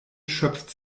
schöpft